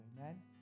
Amen